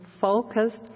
focused